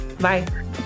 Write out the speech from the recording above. Bye